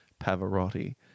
Pavarotti